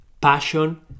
passion